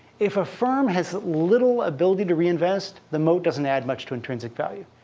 if a firm has little ability to reinvest, the moat doesn't add much to intrinsic value.